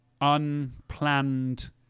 unplanned